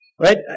Right